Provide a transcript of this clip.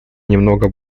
немного